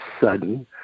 sudden